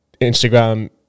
Instagram